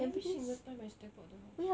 every single time I step out of the house